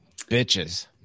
Bitches